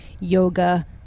yoga